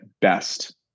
best